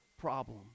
problem